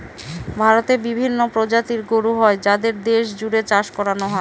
ভারতে বিভিন্ন প্রজাতির গরু হয় যাদের দেশ জুড়ে চাষ করানো হয়